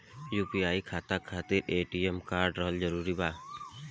UPI खाता खातिर ATM card रहल जरूरी बा?